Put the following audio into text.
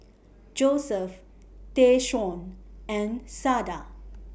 Joseph Tayshaun and Sada